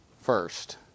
first